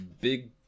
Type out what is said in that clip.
big